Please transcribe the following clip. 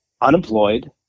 unemployed